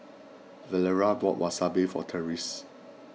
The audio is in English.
Valeria bought Wasabi for Tressie